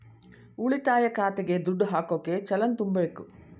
ಉಳಿತಾಯ ಖಾತೆಗೆ ದುಡ್ಡು ಹಾಕೋಕೆ ಚಲನ್ ತುಂಬಬೇಕು